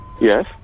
Yes